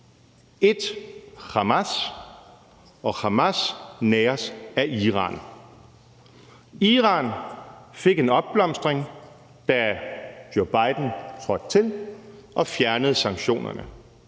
er Hamas, og Hamas næres af Iran. Iran fik en opblomstring, da Joe Biden trådte til og fjernede sanktionerne.